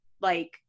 like-